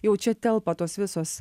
jau čia telpa tos visos